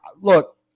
look